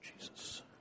Jesus